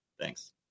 Thanks